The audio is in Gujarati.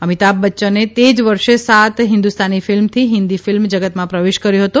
અમિતાભ બચ્યને તે જ વર્ષે સાત હિન્દુસ્તાની ફિલ્મથી હિન્દી ફિલ્મ જગતમાં પ્રવેશ કર્યો હતો